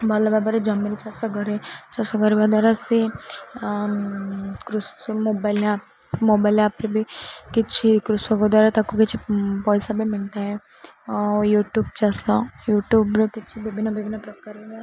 ଭଲ ଭାବରେ ଜମିରେ ଚାଷ କରେ ଚାଷ କରିବା ଦ୍ୱାରା ସେ କୃଷି ମୋବାଇଲ ଆପ୍ ମୋବାଇଲ ଆପ୍ରେ ବି କିଛି କୃଷକ ଦ୍ୱାରା ତାକୁ କିଛି ପଇସା ବି ମିଳିଥାଏ ଆଉ ୟୁ ଟ୍ୟୁବ୍ ଚାଷ ୟୁଟ୍ୟୁବ୍ରେ କିଛି ବିଭିନ୍ନ ବିଭିନ୍ନ ପ୍ରକାରର